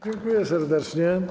Dziękuję serdecznie.